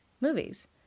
movies